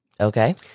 Okay